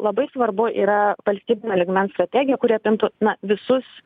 labai svarbu yra valstybinio lygmens strategija kuri apimtų na visus